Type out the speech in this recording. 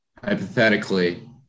hypothetically